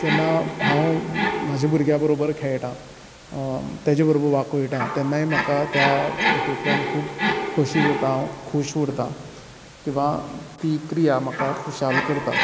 तशेंत जेन्ना हांव म्हज्या भुरग्यांबरोबर खेळटा तेज्या बरोबर वाकूळटात तेन्ना त्या हेतूंतल्यान खूब खोशी जाता हांव खूश उरता किंवां तीं क्रिया म्हाका खुशाल करता